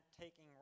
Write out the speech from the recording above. taking